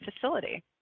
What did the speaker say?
facility